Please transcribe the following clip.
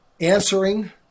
answering